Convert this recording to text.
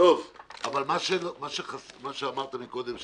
אבל מה שאמרת קודם,